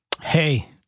Hey